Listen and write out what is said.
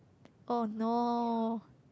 oh no